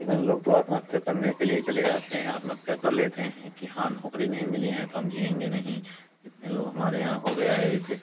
कितने लोग तो आत्महत्या करने के लिए चले जाते हैं आत्महत्या कर लेते हैं कि हाँ नौकरी नहीं मिली है तो हम जिएंगे नहीं कितने लोग हमारे यहाँ हो गया है ऐसे